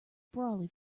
brolly